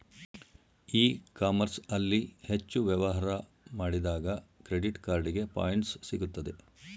E commerce ಅಲ್ಲಿ ಹೆಚ್ಚು ವ್ಯವಹಾರ ಮಾಡಿದಾಗ ಕ್ರೆಡಿಟ್ ಕಾರ್ಡಿಗೆ ಪಾಯಿಂಟ್ಸ್ ಸಿಗುತ್ತದೆ